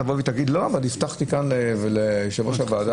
אז תבואי ותגידי לו שהבטחת ליושב-ראש הוועדה